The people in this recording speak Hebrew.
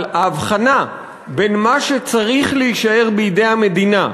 ההבחנה בין מה שצריך להישאר בידי המדינה,